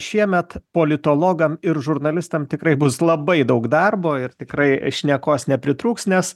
šiemet politologam ir žurnalistam tikrai bus labai daug darbo ir tikrai šnekos nepritrūks nes